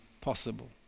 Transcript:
possible